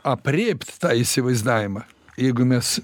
aprėpt tą įsivaizdavimą jeigu mes